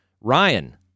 Ryan